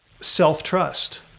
self-trust